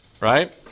right